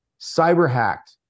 cyber-hacked